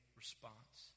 response